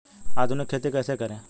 आधुनिक खेती कैसे करें?